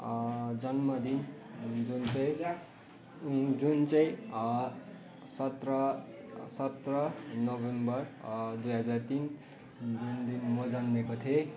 जन्मदिन जुन चाहिँ जुन चाहिँ सत्र सत्र नोभेम्बर दुई हजार तिन जुन दिन म जन्मेको थिएँ